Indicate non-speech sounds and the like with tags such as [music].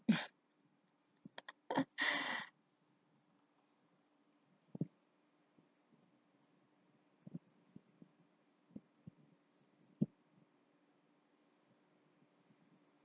[laughs]